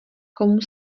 komu